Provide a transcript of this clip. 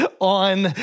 on